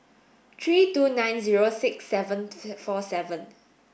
three two nine zero six seven four seven